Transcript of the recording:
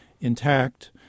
intact